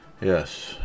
Yes